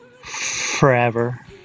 forever